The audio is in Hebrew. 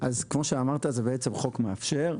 אז כמו שאמרת זה בעצם חוק מאפשר.